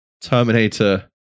Terminator